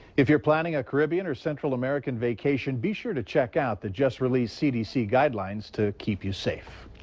if you're planning a caribbean or central american vacation, be sure to check out the just released cdc guidelines to keep you safe.